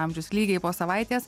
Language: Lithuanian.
amžius lygiai po savaitės